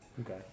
Okay